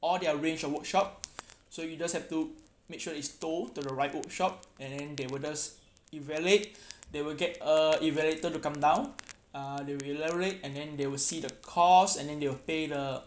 all their range of workshop so you just have to make sure it's towed to the right workshop and then they would just evaluate they will get a evaluator to come down uh they will evaluate and then they will see the cost and then they will pay the